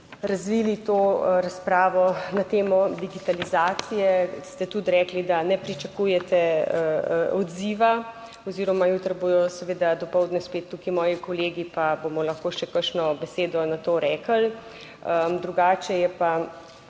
razvili to razpravo na temo digitalizacije ste tudi rekli, da ne pričakujete odziva oziroma jutri bodo seveda dopoldne spet tukaj moji kolegi, pa bomo lahko še kakšno besedo na to rekli. Drugače je pa